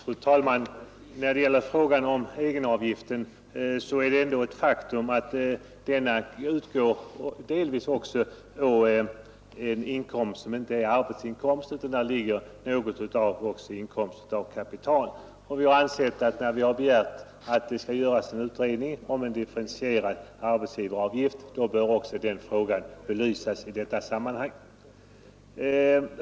Fru talman! När det gäller frågan om egenavgiften är det ett faktum att denna utgår delvis också på en inkomst som inte är arbetsinkomst, utan utgör inkomst av kapital. När vi begär att det skall göras en utredning om en differentierad arbetsgivaravgift bör också den frågan belysas.